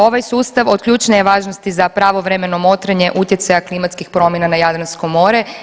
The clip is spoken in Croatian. Ovaj sustav od ključne je važnosti za pravovremeno motrenje utjecaja klimatskih promjena na Jadransko more.